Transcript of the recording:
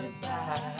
goodbye